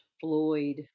Floyd